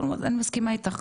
אני מסכימה איתך,